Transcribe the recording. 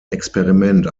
experiment